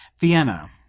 vienna